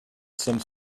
some